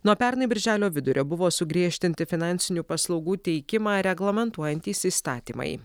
nuo pernai birželio vidurio buvo sugriežtinti finansinių paslaugų teikimą reglamentuojantys įstatymai